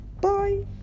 bye